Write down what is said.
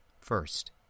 First